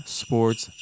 sports